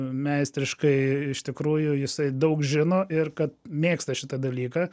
meistriškai iš tikrųjų jisai daug žino ir kad mėgsta šitą dalyką